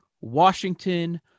Washington